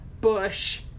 Bush